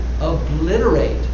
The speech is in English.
obliterate